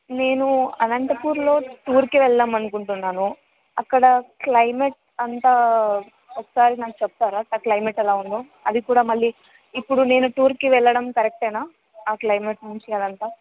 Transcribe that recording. నేను అనంతపూర్లో టూర్కి వెళదాం అనుకుంటున్నాను అక్కడ క్లైమేట్ అంతా ఒకసారి నాకు చెప్తారా ఆ క్లైమేట్ ఎలా ఉందో అది కూడా మళ్ళీ ఇప్పుడు నేను టూర్కి వెళ్ళడం కరెక్టేనా ఆ క్లైమేట్ నుంచి అది అంతా